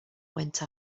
went